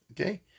Okay